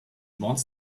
wants